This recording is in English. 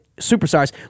superstars